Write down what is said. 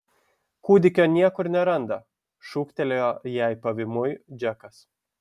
kūdikio niekur neranda šūktelėjo jai pavymui džekas